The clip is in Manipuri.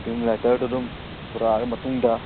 ꯁ꯭ꯔꯤꯟ ꯔꯥꯏꯇꯔꯗꯨ ꯑꯗꯨꯝ ꯄꯨꯔꯛꯑꯒ ꯃꯇꯨꯡꯗ